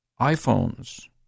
iPhones